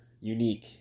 unique